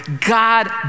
God